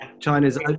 China's